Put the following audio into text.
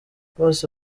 bose